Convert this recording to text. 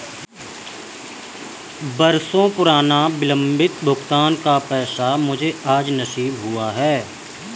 बरसों पुराना विलंबित भुगतान का पैसा मुझे आज नसीब हुआ है